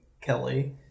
Kelly